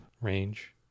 range